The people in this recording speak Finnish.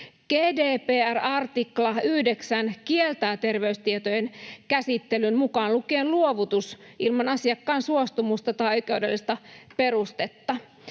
GDPR-artikla 9 kieltää terveystietojen käsittelyn mukaan lukien luovutus ilman asiakkaan suostumusta tai oikeudellista perustetta.